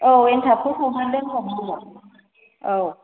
औ एनथाबखौ हुनानै दोनखासिगोन औ